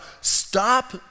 stop